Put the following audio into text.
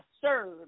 serve